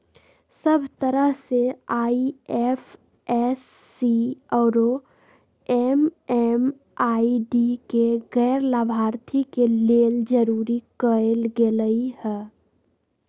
सब तरह से आई.एफ.एस.सी आउरो एम.एम.आई.डी के गैर लाभार्थी के लेल जरूरी कएल गेलई ह